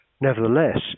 Nevertheless